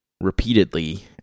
repeatedly